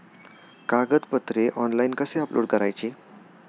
कागदपत्रे ऑनलाइन कसे अपलोड करायचे?